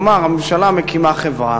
כלומר, הממשלה מקימה חברה